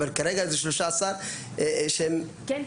כרגע זה 13. כן,